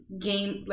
game